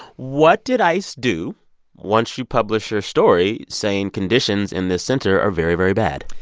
what did ice do once you published your story saying conditions in this center are very, very bad?